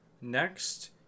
next